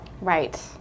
right